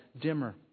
dimmer